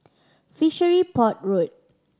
Fishery Port Road